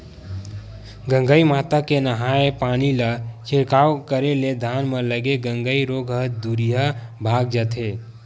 गंगई माता के नंहाय पानी ला छिड़काव करे ले धान म लगे गंगई रोग ह दूरिहा भगा जथे